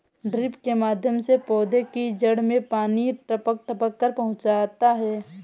drip के माध्यम से पौधे की जड़ में पानी टपक टपक कर पहुँचता है